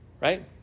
right